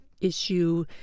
issue